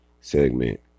segment